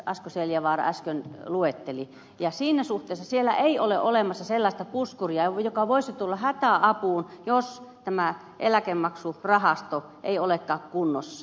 asko seljavaara äsken luetteli ja siinä suhteessa siellä ei ole olemassa sellaista puskuria joka voisi tulla hätäapuun jos tämä eläkemaksurahasto ei olekaan kunnossa